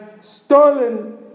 stolen